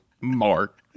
Mark